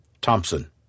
Thompson